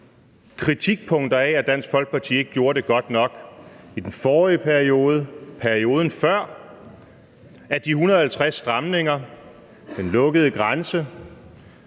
Dansk Folkeparti ikke gjorde det godt nok i den forrige periode og perioden før, og at de 150 stramninger, den lukkede grænse,